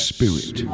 Spirit